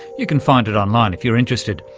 you can find it online if you're interested,